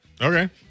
Okay